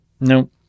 No